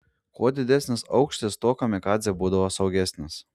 kuo didesnis aukštis tuo kamikadzė būdavo saugesnis